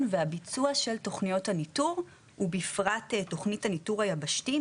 והביצוע של תוכניות הניתור ובפרט תוכנית הניתור היבשתי,